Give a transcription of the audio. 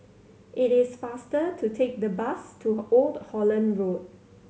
it is faster to take the bus to Old Holland Road